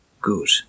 Good